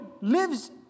lives